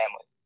family